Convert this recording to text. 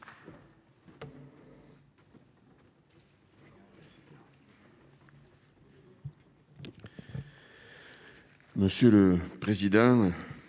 Monsieur le président,